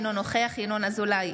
אינו נוכח ינון אזולאי,